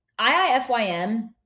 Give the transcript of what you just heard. IIFYM